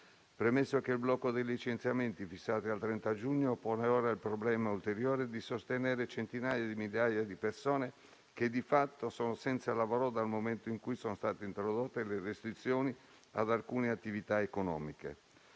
dialogare; il blocco dei licenziamenti fissato al 30 giugno 2021 pone ora il problema ulteriore di sostenere centinaia di migliaia di persone che, di fatto, sono senza lavoro dal momento in cui sono state introdotte le restrizioni ad alcune attività economiche;